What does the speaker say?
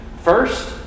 First